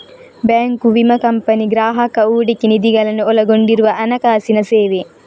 bank, ವಿಮಾ ಕಂಪನಿ, ಗ್ರಾಹಕ ಹೂಡಿಕೆ ನಿಧಿಗಳನ್ನು ಒಳಗೊಂಡಿರುವ ಹಣಕಾಸಿನ ಸೇವೆ